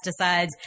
pesticides